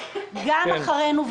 שגם אחרינו,